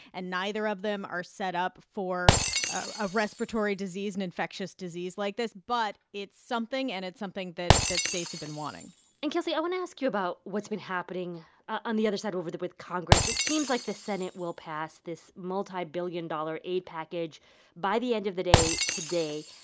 and neither of them are set up for ah a respiratory disease, an infectious disease like this. but it's something, and it's something that that states have been wanting and, kelsey, i want to ask you about what's been happening on the other side over the with congress. it seems like the senate will pass this multibillion-dollar aid package by the end of the day today.